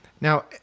Now